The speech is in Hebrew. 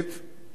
לא פחות.